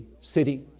city